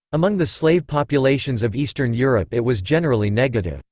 among the slave populations of eastern europe it was generally negative.